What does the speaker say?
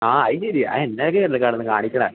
ആ അയ് ശെരിയാ ആ എന്നായെക്കെയാരുന്നു കെടന്ന് കാണിക്കണെ